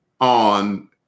on